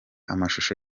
amashusho